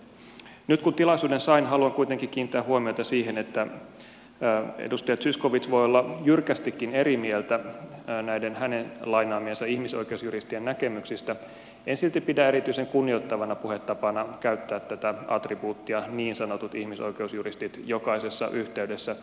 nyt kun tilaisuuden sain haluan kuitenkin kiinnittää huomiota siihen että edustaja zyskowicz voi olla jyrkästikin eri mieltä näiden lainaamiensa ihmisoikeusjuristien näkemyksistä mutta en silti pidä erityisen kunnioittavana puhetapana käyttää tätä attribuuttia niin sanotut ihmisoikeusjuristit jokaisessa yhteydessä